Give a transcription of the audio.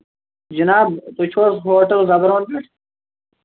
جِناب تُہۍ چھِِو حظ ہوٹل زبروَن پیٚٹھ